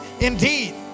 indeed